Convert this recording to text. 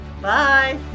Bye